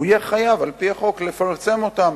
הוא יהיה חייב על-פי החוק לפרסם אותן?